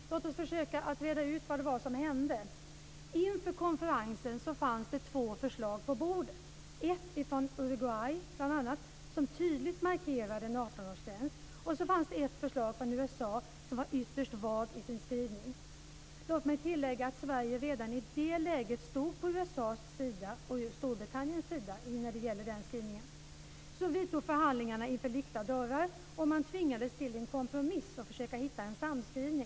Låt oss försöka att reda ut vad det var som hände. Inför konferensen fanns det två förslag på bordet. Det var ett förslag från Uruguay där det tydligt markerades en 18-årsgräns. Sedan fanns det ett förslag från USA som var ytterst vagt i sin skrivning. Jag vill tillägga att Sverige redan i det läget stod på USA:s och Storbritanniens sida. Så vidtog förhandlingar inför lyckta dörrar, och man tvingades att försöka att hitta en samskrivning för att nå en kompromiss.